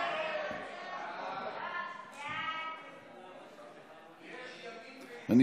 ההצעה להעביר את הצעת חוק-יסוד: כבוד האדם וחירותו (תיקון,